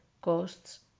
costs